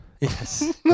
Yes